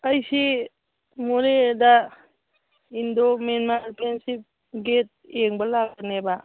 ꯑꯩꯁꯤ ꯃꯣꯔꯦꯗ Indo Myanmar friendship gate ꯌꯦꯡꯕ ꯂꯥꯛꯄꯅꯦꯕ